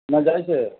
কোন রাইসে